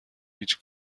هیچ